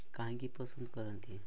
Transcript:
କାହିଁକି ପସନ୍ଦ କରନ୍ତି